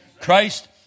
Christ